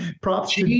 Props